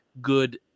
good